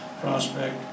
prospect